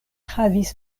havis